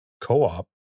co-op